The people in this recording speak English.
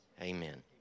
Amen